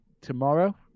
tomorrow